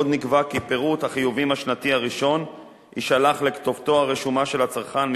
עוד נקבע כי פירוט החיובים השנתי הראשון יישלח לכתובתו הרשומה של הצרכן.